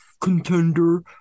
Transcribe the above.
contender